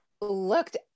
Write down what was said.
looked